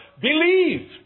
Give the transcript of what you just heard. believe